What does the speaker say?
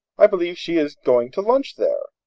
i believe she is going to lunch there.